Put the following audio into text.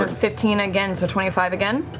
ah fifteen again, so twenty five again.